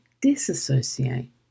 disassociate